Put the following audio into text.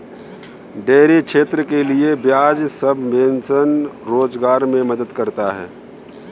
dairy क्षेत्र के लिये ब्याज सबवेंशन रोजगार मे मदद करता है